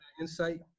Insight